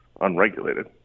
unregulated